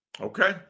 Okay